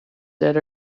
dead